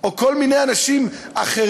או כל מיני אנשים אחרים,